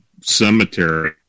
cemetery